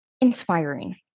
inspiring